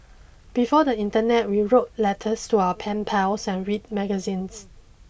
before the internet we wrote letters to our pen pals and read magazines